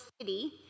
city